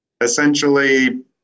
essentially